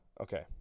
Okay